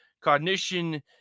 cognition